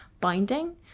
binding